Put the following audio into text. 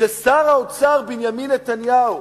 ששר האוצר בנימין נתניהו